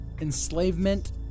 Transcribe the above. enslavement